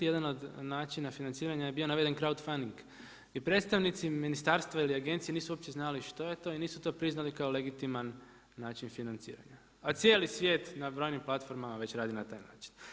Jedan od načina financiranja bio je naveden krautfanding i predstavnici ministarstva ili agencije nisu uopće znali što je to i nisu to priznali kao legitiman način financiranja, a cijeli svijet na brojim platformama već radi na taj način.